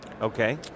Okay